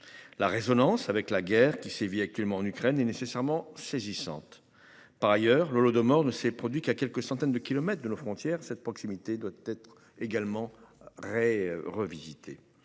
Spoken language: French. La résonance avec la guerre qui sévit actuellement en Ukraine est nécessairement saisissante. Par ailleurs, l'Holodomor ne s'est produit qu'à quelques centaines de kilomètres de la frontière cette proximité doit être également. Revisiter